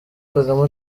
kagame